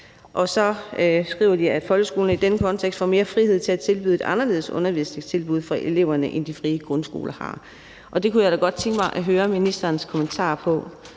Og så skriver de, at folkeskolen i denne kontekst får mere frihed til at tilbyde et anderledes undervisningstilbud for eleverne, end de frie grundskoler har. Det kunne jeg da godt tænke mig at høre ministerens kommentar